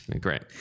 Great